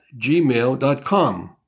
gmail.com